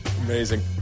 Amazing